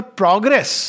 progress